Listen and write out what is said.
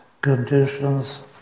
conditions